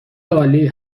عالی